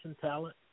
talent